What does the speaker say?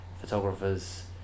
photographers